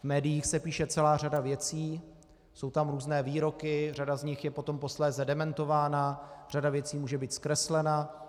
V médiích se píše celá řada věcí, jsou tam různé výroky, řada z nich je potom posléze dementována, řada věcí může být zkreslena.